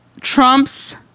Trump's